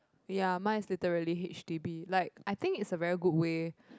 ya mine is literally h_d_b like I think it's a very good way